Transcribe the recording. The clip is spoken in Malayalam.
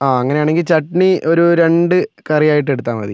ആ അങ്ങനെയാണെങ്കിൽ ചട്നി ഒരു രണ്ട് കറിയായിട്ട് എടുത്താൽ മതി